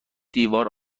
دیوار